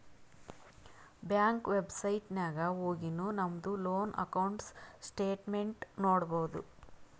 bank website ನಾಗ್ ಹೊಗಿನು ನಮ್ದು ಲೋನ್ ಅಕೌಂಟ್ ಸ್ಟೇಟ್ಮೆಂಟ್ ನೋಡ್ಬೋದು